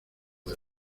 del